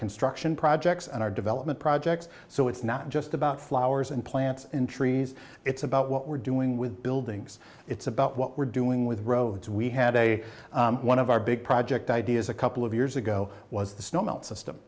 construction projects and our development projects so it's not just about flowers and plants and trees it's about what we're doing with buildings it's about what we're doing with roads we had a one of our big project ideas a couple of years ago was the snow melt system